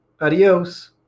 Adios